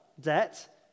debt